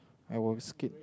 I was skipped